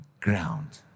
ground